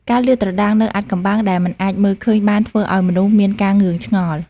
ការលាតត្រដាងនូវអាថ៌កំបាំងដែលមិនអាចមើលឃើញបានធ្វើឲ្យមនុស្សមានការងឿងឆ្ងល់។